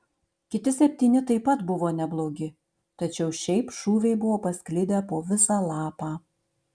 kiti septyni taip pat buvo neblogi tačiau šiaip šūviai buvo pasklidę po visą lapą